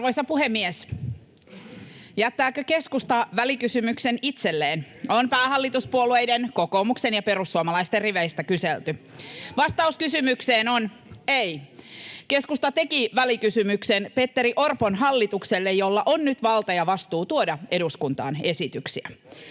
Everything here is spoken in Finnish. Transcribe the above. Arvoisa puhemies! ”Jättääkö keskusta välikysymyksen itselleen?” Näin on päähallituspuolueiden, kokoomuksen ja perussuomalaisten, riveistä kyselty. Vastaus kysymykseen on: ei. Keskusta teki välikysymyksen Petteri Orpon hallitukselle, jolla on nyt valta ja vastuu tuoda eduskuntaan esityksiä.